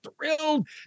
thrilled